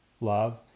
love